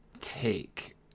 take